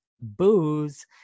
booze